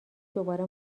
دوباره